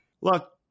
Look